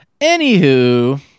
Anywho